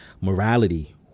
Morality